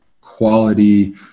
quality